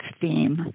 theme